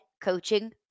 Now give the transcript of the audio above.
coaching